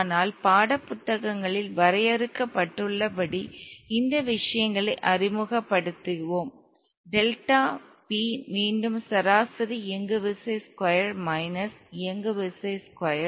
ஆனால் பாடப்புத்தகங்களில் வரையறுக்கப்பட்டுள்ளபடி இந்த விஷயங்களை அறிமுகப்படுத்துவோம் டெல்டா p மீண்டும் சராசரி இயங்குவிசை ஸ்கொயர் மைனஸ் இயங்குவிசை ஸ்கொயர்